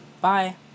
bye